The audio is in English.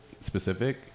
specific